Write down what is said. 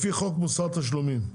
לפי חוק מוסר תשלומים,